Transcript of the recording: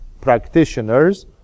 practitioners